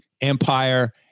Empire